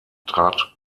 trat